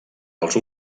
els